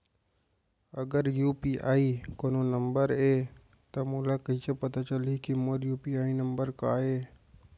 अगर यू.पी.आई कोनो नंबर ये त मोला कइसे पता चलही कि मोर यू.पी.आई नंबर का ये?